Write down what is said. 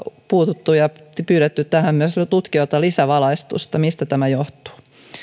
puututtu ja pyydetty myös tutkijoilta lisävalaistusta mistä tämä johtuu